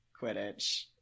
Quidditch